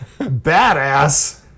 badass